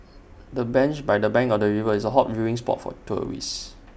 the bench by the bank of the river is A hot viewing spot for tourists